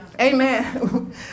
Amen